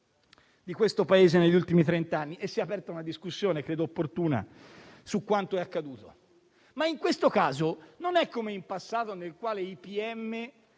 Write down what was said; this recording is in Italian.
di questo Paese negli ultimi trent'anni e si è aperta una discussione - credo opportuna - su quanto è accaduto. Tuttavia in questo caso non è come in passato, quando i